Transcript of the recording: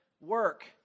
work